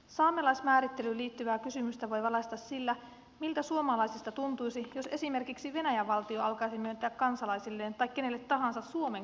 saamelaismäärittelyyn liittyvää kysymystä voi valaista sillä miltä suomalaisista tuntuisi jos esimerkiksi venäjän valtio alkaisi myöntää kansalaisilleen tai kenelle tahansa suomen kansalaisuuksia